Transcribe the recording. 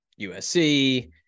USC